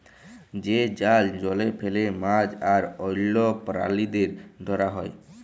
যে জাল জলে ফেলে মাছ আর অল্য প্রালিদের ধরা হ্যয়